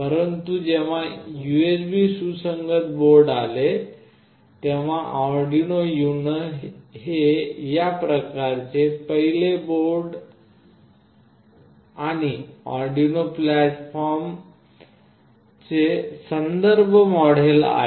परंतु जेव्हा USB सुसंगत बोर्ड आले तेव्हा आर्डूनो युनो हे या प्रकारचे पहिले बोर्ड आणि आर्डिनो प्लॅटफॉर्मचे संदर्भ मॉडेल आहे